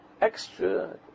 extra